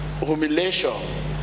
humiliation